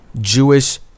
Jewish